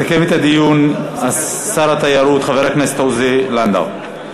מסכם את הדיון שר התיירות חבר הכנסת עוזי לנדאו.